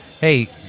hey